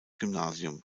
gymnasium